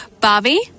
bobby